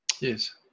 yes